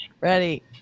Ready